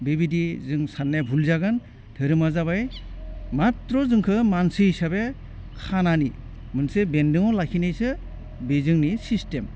बेबायदि जों साननाया भुल जागोन धोरोमा जाबाय माथ्र' जोंखौ मानसि हिसाबै खानानै मोनसे बेन्दोंआव लाखिनायसो बे जोंनि सिस्टेम